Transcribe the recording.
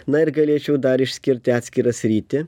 na ir galėčiau dar išskirti atskirą sritį